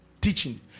teaching